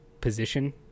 position